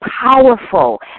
powerful